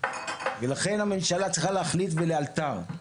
ולכן הממשלה צריכה להחליט ולאלתר,